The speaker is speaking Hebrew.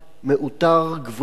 מעוטר גבורה,